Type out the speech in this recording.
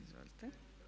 Izvolite.